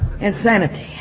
Insanity